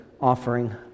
offering